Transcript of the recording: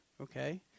okay